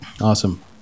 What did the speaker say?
Awesome